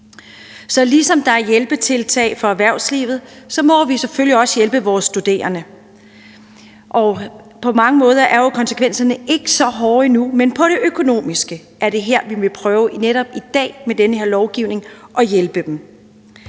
ligesom der er hjælpetiltag for erhvervslivet, må vi selvfølgelig også hjælpe vores studerende. På mange måder er konsekvenserne jo ikke så hårde endnu, men netop i forhold til det økonomiske vil vi prøve i dag med det her lovforslag at hjælpe dem.